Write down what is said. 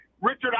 Richard